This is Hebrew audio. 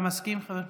בראש,